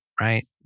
right